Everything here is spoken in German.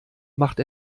macht